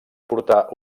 portar